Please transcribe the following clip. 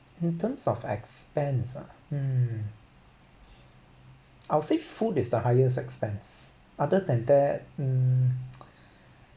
in terms of expense ah um I'll say food is the highest expense other than that mm